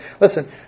listen